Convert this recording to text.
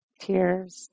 tears